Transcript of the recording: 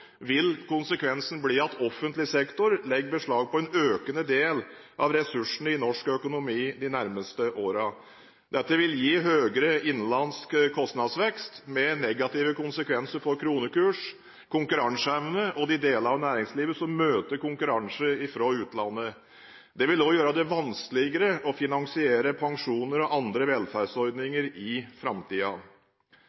vil konsekvensen bli at offentlig sektor legger beslag på en økende del av ressursene i norsk økonomi de nærmeste årene. Dette vil gi høyere innenlandsk kostnadsvekst, med negative konsekvenser for kronekurs, konkurranseevne og de deler av næringslivet som møter konkurranse fra utlandet. Det vil også gjøre det vanskeligere å finansiere pensjoner og andre